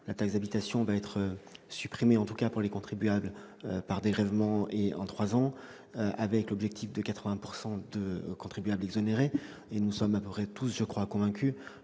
La taxe d'habitation va être supprimée, en tout cas pour certains contribuables, par dégrèvement et en trois ans, avec l'objectif de 80 % de contribuables exonérés. Nous sommes, je crois, à peu près tous convaincus